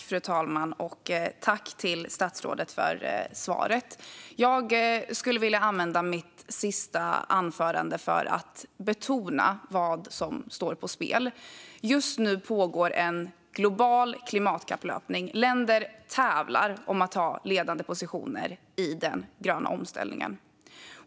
Fru talman! Tack, statsrådet, för svaret! Jag skulle vilja använda mitt sista anförande för att betona vad som står på spel. Just nu pågår en global klimatkapplöpning. Länder tävlar om att ta ledande positioner i den gröna omställningen.